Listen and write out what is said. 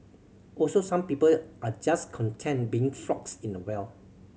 also some people are just content being frogs in a well